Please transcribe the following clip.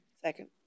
Second